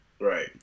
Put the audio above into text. Right